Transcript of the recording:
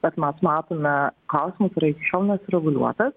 kad mes matome klausimas yra iki šiol nesureguliuotas